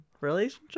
Relationship